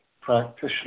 practitioner